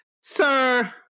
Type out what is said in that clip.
sir